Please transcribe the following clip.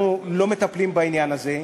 אנחנו לא מטפלים בעניין הזה.